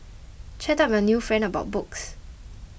chat up your new friend about books